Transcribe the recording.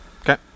Okay